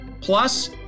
Plus